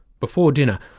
before dinner,